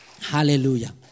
Hallelujah